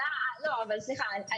סליחה,